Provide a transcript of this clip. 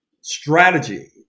strategy